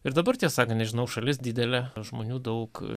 ir dabar tiesą sakant nežinau šalis didelė žmonių daug